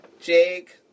Jake